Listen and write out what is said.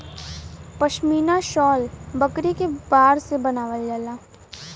पश्मीना शाल बकरी के बार से बनावल जाला